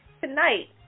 Tonight